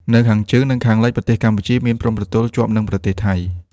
នៅខាងជើង និងខាងលិច ប្រទេសកម្ពុជាមានព្រំប្រទល់ជាប់នឹងប្រទេសថៃ។